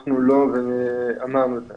אנחנו לא אמרנו את זה.